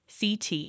CT